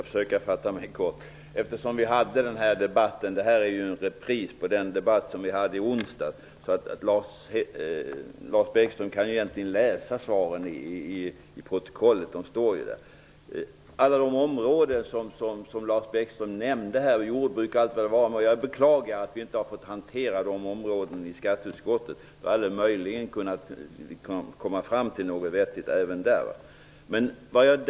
Herr talman! Jag skall försöka fatta mig kort. Detta är en repris på den debatt som vi hade i onsdags. Lars Bäckström kan egentligen läsa svaren i protokollet. De finns där. Lars Bäckström nämnde en massa områden, t.ex. jordbruket. Jag beklagar att vi inte har fått hantera dessa områden i skatteutskottet. Då hade vi möjligen kunnat komma fram till något vettigt även när det gäller dessa frågor.